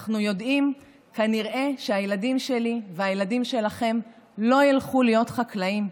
אנחנו יודעים שכנראה הילדים שלי והילדים שלכם לא ילכו להיות חקלאים,